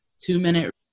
two-minute